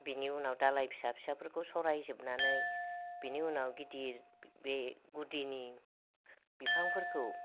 बेनि उनाव दालाइ फिसा फिसाफोरखौ सरायजोबनानै बिनि उनाव गिदिर बे गुदिनि बिफांफोरखौ